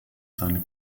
seine